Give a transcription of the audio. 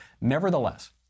Nevertheless